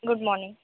good morning